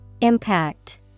Impact